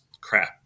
crap